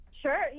Sure